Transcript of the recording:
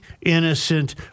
innocent